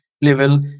level